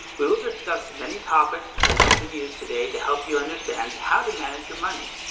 we will discuss many topics that you can use today to help you understand how to manage your money.